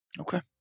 Okay